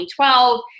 2012